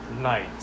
night